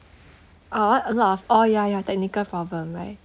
uh what a lot of oh ya ya technical problem right